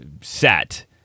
set